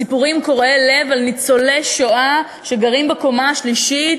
סיפורים קורעי-לב על ניצולי שואה שגרים בקומה השלישית